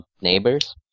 neighbors